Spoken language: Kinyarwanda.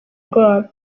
ndwara